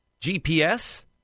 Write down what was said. GPS